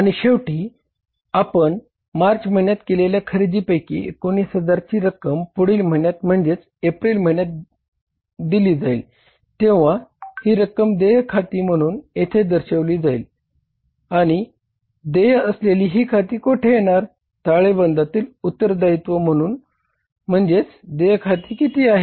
आणि शेवटी आपण मार्च महिन्यात केलेल्या खरेदींपैकी 19000 ची रक्कम पुढील महिन्यात म्हणजे एप्रिल महिन्यात दिली जाईल तेव्हा ही रक्कम देय खाती उत्तरदायित्व म्हणूनम्हणजेच देय खाती किती आहेत